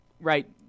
right